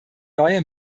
neue